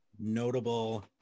notable